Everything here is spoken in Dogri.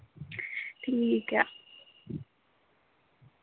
ठीक ऐ